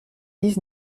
dix